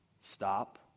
Stop